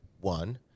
One